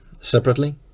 separately